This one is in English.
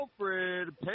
Alfred